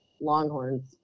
Longhorns